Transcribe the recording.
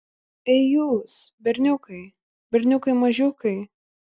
ei jūs berniukai berniukai mažiukai